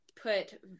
put